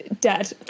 dead